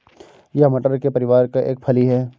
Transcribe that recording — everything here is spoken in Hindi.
यह मटर के परिवार का एक फली है